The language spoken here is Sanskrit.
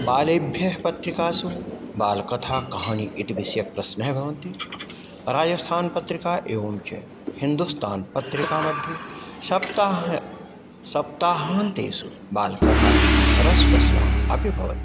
बालेभ्यः पत्रिकासु बालकथा कहानि इति विषयकाः प्रश्नाः भवन्ति राजस्थानपत्रिका एवं च हिन्दुस्थानपत्रिकामध्ये सप्ताह सप्ताहान्तेषु बालकथा रसप्रश्नः अपि भवति